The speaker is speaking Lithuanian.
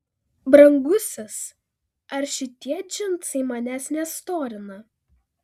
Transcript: brangusis ar šitie džinsai manęs nestorina